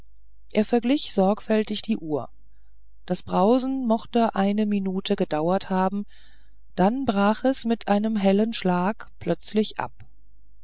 er verglich sorgfältig die uhr das brausen mochte eine minute gedauert haben dann brach es mit einem hellen schlag plötzlich ab